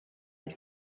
had